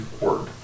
word